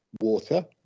water